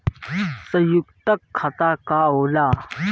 सयुक्त खाता का होला?